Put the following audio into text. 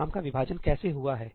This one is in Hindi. काम का विभाजन कैसे हुआ है